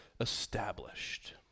established